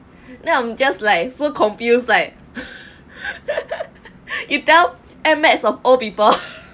now I'm just like so confused like you doubt M_X of all people